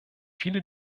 viele